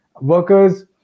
Workers